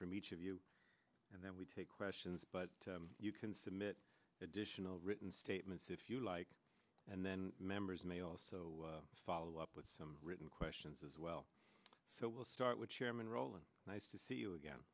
from each of you and then we take questions but you can submit additional written statements if you like and then members may also follow up with some written questions as well so we'll start with chairman rowland nice to see you again